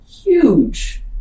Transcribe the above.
huge